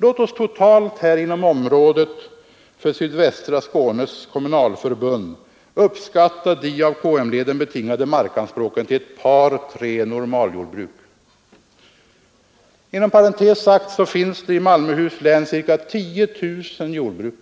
Låt oss totalt här inom området för Sydvästra Skånes kommunalförbund uppskatta de av KM-leden betingade markanspråken till ett par tre normaljordbruk. Inom parentes sagt finns det i Malmöhus län ca 10 000 jordbruk.